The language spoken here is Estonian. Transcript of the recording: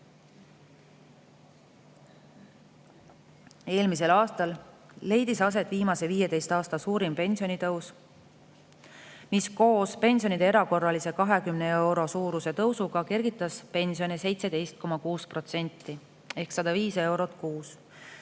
Eelmisel aastal leidis aset viimase 15 aasta suurim pensionitõus, mis koos pensionide erakorralise, 20 euro suuruse tõusuga kergitas pensione 17,6% ehk 105 eurot kuus.